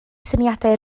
syniadau